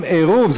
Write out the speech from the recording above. עם עירוב.